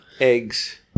eggs